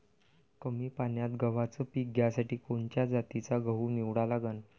कमी पान्यात गव्हाचं पीक घ्यासाठी कोनच्या जातीचा गहू निवडा लागन?